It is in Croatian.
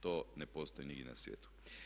To ne postoji nigdje na svijetu.